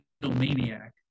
maniac